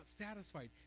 satisfied